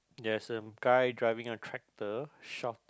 there's a guy driving a tractor shock